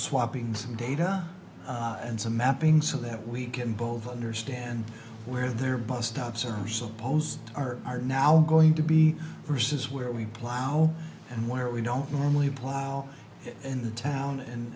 swapping some data and some mapping so that we can both understand where their bus stops are supposed are are now going to be versus where we plow and where we don't normally plow in the town